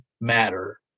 matter